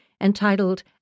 entitled